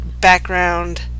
background